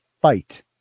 fight